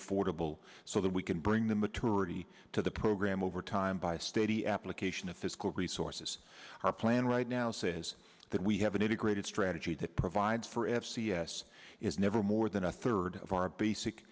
affordable so that we can bring the maturity to the program over time by a steady application of fiscal resources our plan right now says that we have an integrated strategy that provides for f c s is never more than a third of our basic